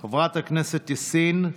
חברת הכנסת יאסין,